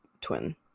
twin